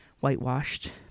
whitewashed